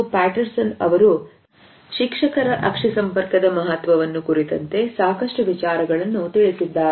Manusov ಅವರು ಶಿಕ್ಷಕರ ಅಕ್ಷಿ ಸಂಪರ್ಕದ ಮಹತ್ವವನ್ನು ಕುರಿತಂತೆ ಸಾಕಷ್ಟು ವಿಚಾರಗಳನ್ನು ತಿಳಿಸಿದ್ದಾರೆ